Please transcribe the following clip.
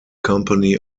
company